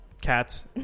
Cats